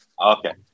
Okay